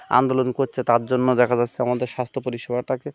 আন্দোলন করছে তার জন্য দেখা যাচ্ছে আমাদের স্বাস্থ্য পরিষেবাটাকে